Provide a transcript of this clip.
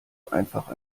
einfach